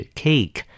cake